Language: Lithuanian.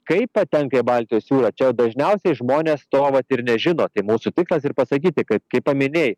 kaip patenka į baltijos jūrą čia jau dažniausiai žmonės to vat ir nežino tai mūsų tikslas ir pasakyti kad kaip paminėjai